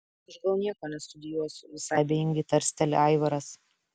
aš gal nieko nestudijuosiu visai abejingai tarsteli aivaras